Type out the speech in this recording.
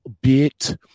bit